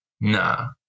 Nah